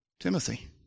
Timothy